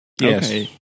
Yes